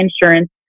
insurance